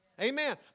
Amen